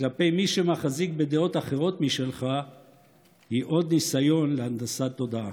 כלפי מי שמחזיק בדעות אחרות משלך היא עוד ניסיון להנדסת תודעה.